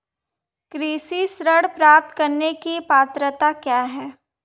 कृषि ऋण प्राप्त करने की पात्रता क्या है?